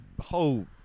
whole